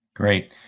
Great